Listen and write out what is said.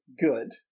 Good